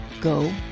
go